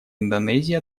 индонезии